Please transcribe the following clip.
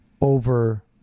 over